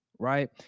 right